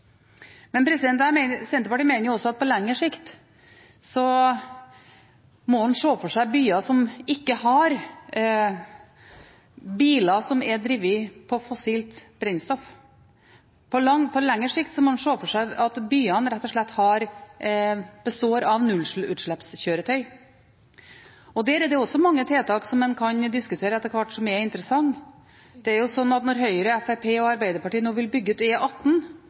Men Senterpartiet mener også at på lengre sikt må en se for seg byer som ikke har biler som er drevet på fossilt brennstoff. På lengre sikt må en se for seg at byene rett og slett består av nullutslippskjøretøy. Der er det også mange tiltak som en kan diskutere etter hvert, som er interessante. Når Høyre, Fremskrittspartiet og Arbeiderpartiet nå vil bygge ut